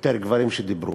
יותר גברים שדיברו.